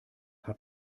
hat